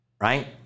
Right